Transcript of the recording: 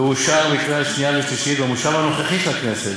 ואושר בקריאה שנייה ושלישית במושב הנוכחי של הכנסת.